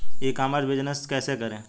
ई commerce business कैसे करें?